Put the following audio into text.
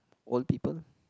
old people